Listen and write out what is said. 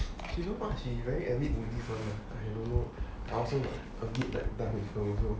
she know what she very avid buddhist one lah I don't know I also a bit like done with her also